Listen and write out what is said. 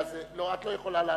את לא יכולה לעלות.